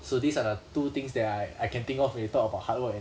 so these are the two things that I I can think of when you talk about hard work and